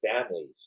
families